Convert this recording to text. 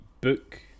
book